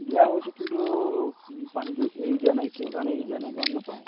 দিয়া হৈছে কিন্তু পানীটো এৰি দিয়া নাই কিহৰ কাৰণে এৰি দিয়া নাই গম নাপাওঁ